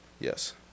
Yes